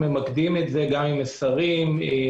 וממקדים את זה גם עם מסרים לשוטרים,